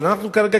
אבל אנחנו כרגע,